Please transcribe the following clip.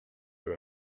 with